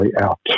out